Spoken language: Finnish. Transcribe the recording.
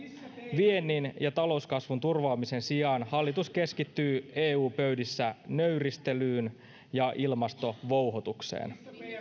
viennin ja talouskasvun turvaamisen sijaan hallitus keskittyy eu pöydissä nöyristelyyn ja ilmastovouhotukseen